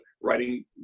writing